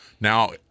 now